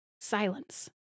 silence